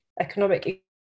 economic